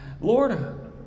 Lord